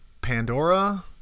Pandora